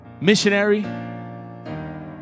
missionary